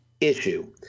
issue